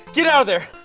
get out of there!